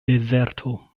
dezerto